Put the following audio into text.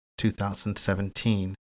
2017